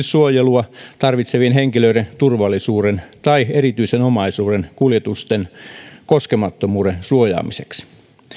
suojelua tarvitsevien henkilöiden turvallisuuden tai erityisen omaisuuden kuljetusten koskemattomuuden suojaamiseksi